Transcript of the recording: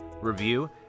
review